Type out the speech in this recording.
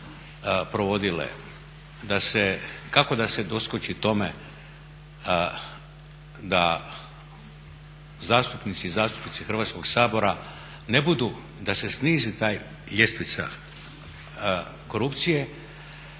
provodile, kako da se doskoči tome da zastupnici i zastupnice Hrvatskog sabora ne budu da se snizi ta ljestvica korupcije